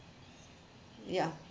ya